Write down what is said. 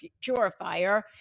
purifier